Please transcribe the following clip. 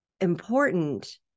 important